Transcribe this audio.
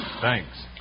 Thanks